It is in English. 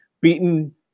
beaten